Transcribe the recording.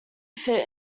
fit